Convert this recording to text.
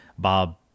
Bob